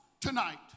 tonight